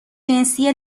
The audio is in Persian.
جنسی